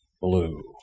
blue